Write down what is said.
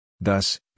Thus